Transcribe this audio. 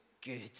good